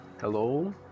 Hello